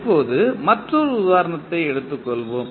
இப்போது மற்றொரு உதாரணத்தை எடுத்துக் கொள்வோம்